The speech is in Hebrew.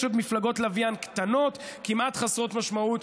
יש עוד מפלגות לוויין קטנות, כמעט חסרות משמעות.